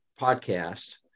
podcast